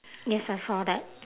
yes I saw that